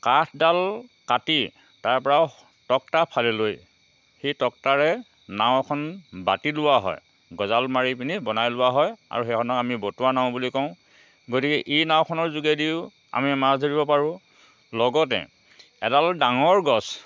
কাঠডাল কাটি তাৰ পৰা তক্তা ফালি লৈ সেই তক্তাৰে নাওখন বাতি লোৱা হয় গজাল মাৰি পেনি বনাই লোৱা হয় আৰু সেইখনক আমি বতুৱা নাও বুলি কওঁ গতিকে এই নাওখনৰ যোগেদিও আমি মাছ ধৰিব পাৰোঁ লগতে এডাল ডাঙৰ গছ